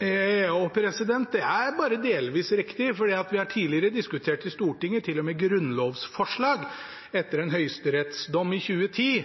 Det er bare delvis riktig, for vi har tidligere diskutert i Stortinget – til og med grunnlovsforslag – etter en høyesterettsdom i 2010